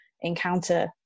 encounter